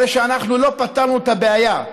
הרי שאנחנו לא פתרנו את הבעיה.